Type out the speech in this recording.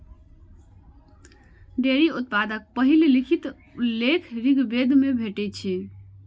dairy उत्पादक पहिल लिखित उल्लेख ऋग्वेद मे भेटै छै